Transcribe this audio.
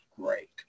great